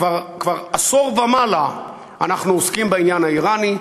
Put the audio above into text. כבר עשור ומעלה אנחנו עוסקים בעניין האיראני,